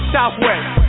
Southwest